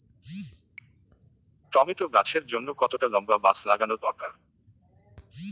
Tomato গাছের জন্যে কতটা লম্বা বাস লাগানো দরকার?